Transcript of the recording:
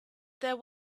there